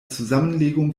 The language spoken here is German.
zusammenlegung